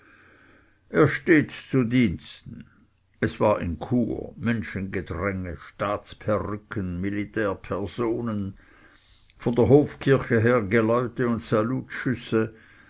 er steht zu diensten es war in chur menschengedränge staatsperücken militärpersonen von der hofkirche her geläute und